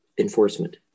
Enforcement